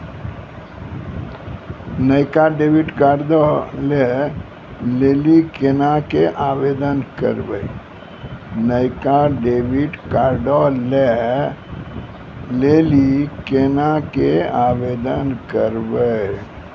नयका डेबिट कार्डो लै लेली केना के आवेदन करबै?